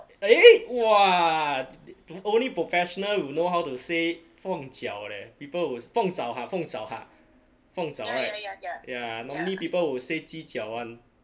eh !wah! only professional will know how to say 凤脚 leh people will 凤爪 ha 凤爪 ha 凤爪 [right] ya normally people will say 鸡脚 [one]